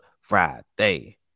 Friday